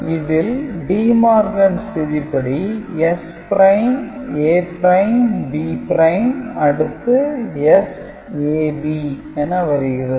இதில் De Morgan's விதிப்படி S' A' B' அடுத்து S AB என வருகிறது